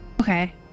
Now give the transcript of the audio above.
Okay